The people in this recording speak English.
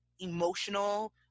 emotional